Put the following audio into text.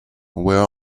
where